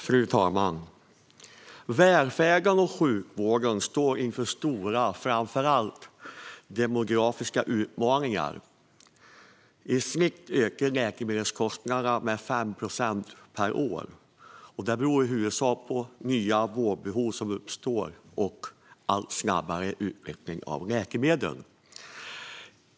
Fru talman! Välfärden och sjukvården står inför stora utmaningar, framför allt demografiska sådana. I snitt ökar läkemedelskostnaderna med 5 procent per år, vilket i huvudsak beror på nya vårdbehov som uppstår och en allt snabbare utveckling av läkemedel.